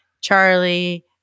Charlie